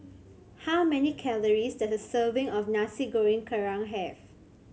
how many calories does a serving of Nasi Goreng Kerang have